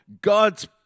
God's